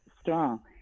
strong